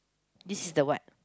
this is the what